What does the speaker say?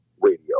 radio